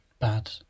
bad